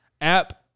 app